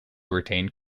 retained